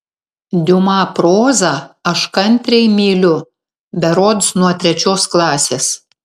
diuma prozą aš kantriai myliu berods nuo trečios klasės